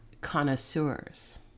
connoisseurs